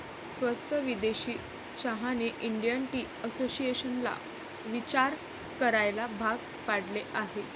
स्वस्त विदेशी चहाने इंडियन टी असोसिएशनला विचार करायला भाग पाडले आहे